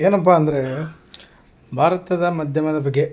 ಏನಪ್ಪ ಅಂದರೆ ಭಾರತದ ಮಾಧ್ಯಮದ ಬಗ್ಗೆ